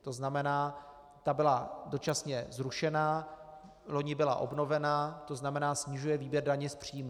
To znamená, ta byla dočasně zrušena, loni byla obnovena, to znamená snižuje výběr daně z příjmů.